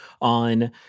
on